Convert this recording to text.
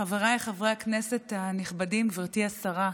חבריי חברי הכנסת הנכבדים, גברתי השרה,